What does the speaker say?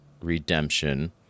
redemption